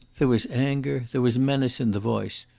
there was anger, there was menace in the voice,